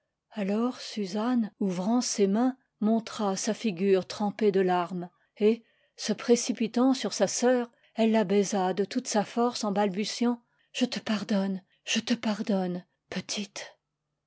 alors suzanne ouvrant ses mains montra sa figure trempée de larmes et se précipitant sur sa sœur elle la baisa de toute sa force en balbutiant je te pardonne jeté pardonne petite